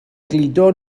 gludo